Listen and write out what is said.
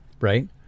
right